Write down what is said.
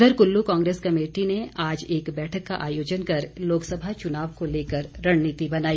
उधर Kullu Congress committee ने आज एक बैठक का आयोजन कर लोकसभा चुनाव को लेकर रणनीति बनाई